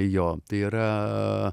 jo tai yra